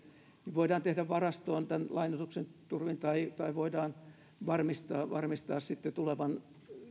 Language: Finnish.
voidaan tehdä varastoon tämän lainoituksen turvin tai tai voidaan varmistaa varmistaa sitten tulevan